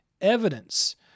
Evidence